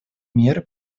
меры